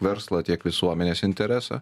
verslo tiek visuomenės interesą